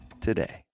today